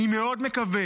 אני מאוד מקווה